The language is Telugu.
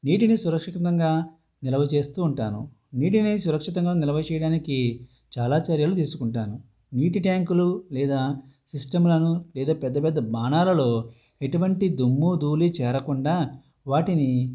నీటిని సురక్షితంగా నిలువ చేస్తూ ఉంటాను నీటిని సురక్షితంగా నిల్వ చేయడానికి చాలా చర్యలు తీసుకుంటాను నీటి ట్యాంకులు లేదా సిస్టంలను లేదా పెద్ద పెద్ద బాణాలలో ఎటువంటి దుమ్ము ధూళి చేరకుండా వాటిని